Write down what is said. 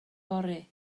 fory